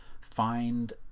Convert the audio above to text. find